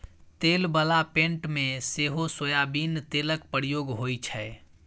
तेल बला पेंट मे सेहो सोयाबीन तेलक प्रयोग होइ छै